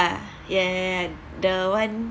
ya ya ya the one